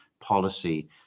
policy